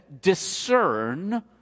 discern